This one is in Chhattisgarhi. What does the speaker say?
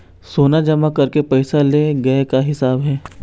सोना जमा करके पैसा ले गए का हिसाब हे?